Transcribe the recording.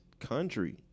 country